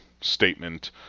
statement